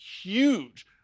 huge